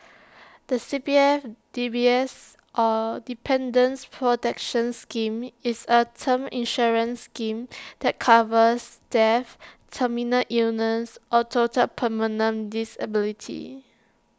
the C P F D P S or Dependant's protection scheme is A term insurance scheme that covers death terminal illness or total permanent disability